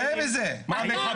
כך